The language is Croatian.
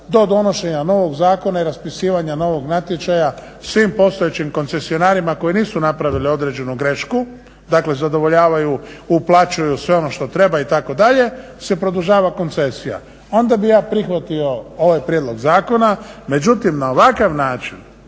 do donošenja novog zakona i raspisivanja novog natječaja svim postojećim koncesionarima koji nisu napravili određenu grešku, dakle zadovoljavaju, uplaćuju sve ono što treba itd. se produžava koncesija. Onda bih ja prihvatio ovaj prijedlog zakona. Međutim, na ovakav način